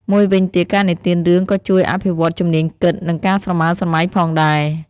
មួយវិញទៀត ការនិទានរឿងក៏ជួយ អភិវឌ្ឍជំនាញគិត និងការស្រមើលស្រមៃ ផងដែរ។